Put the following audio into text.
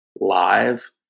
live